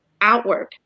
outward